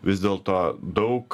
vis dėlto daug